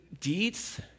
deeds